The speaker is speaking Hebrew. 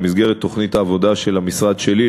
במסגרת תוכנית העבודה של המשרד שלי,